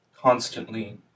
constantly